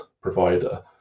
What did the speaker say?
provider